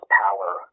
power